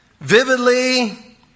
Vividly